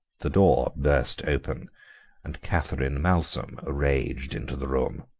the door burst open and catherine malsom raged into the room.